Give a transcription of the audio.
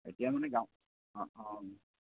এতিয়া মানে গাঁও অঁ অঁ